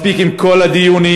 מספיק עם כל הדיונים,